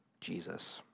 Jesus